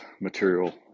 material